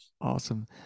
awesome